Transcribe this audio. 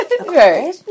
Okay